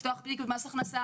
לפתוח תיק במס הכנסה,